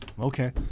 Okay